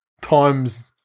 times